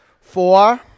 four